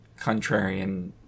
contrarian